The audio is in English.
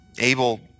Abel